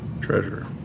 treasure